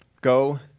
Go